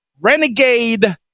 Renegade